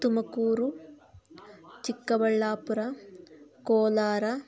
Tumakuru Chikkaballapur Kolar